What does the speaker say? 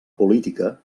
política